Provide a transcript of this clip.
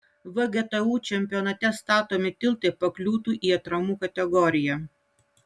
vgtu čempionate statomi tiltai pakliūtų į atramų kategoriją